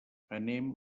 anem